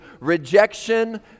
rejection